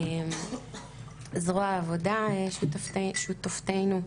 זרוע העבודה שותפתנו,